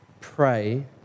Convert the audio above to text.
pray